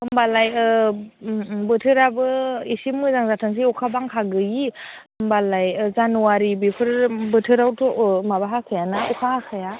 होमबालाय बोथोराबो इसे मोजां जाथोंसै अखा बांखा गैयि होमबालाय जानुवारि बेफोर बोथोरावथ' माबा हाखायाना अखा हाखाया